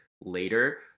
later